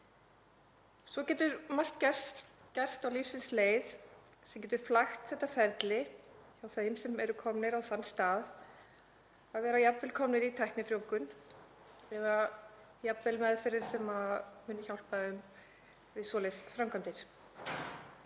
Svo getur margt gerst á lífsins leið sem getur flækt þetta ferli hjá þeim sem eru komnir á þann stað að vera jafnvel komnir í tæknifrjóvgun eða meðferðir sem muni hjálpa þeim við svoleiðis framkvæmdir.